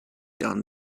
done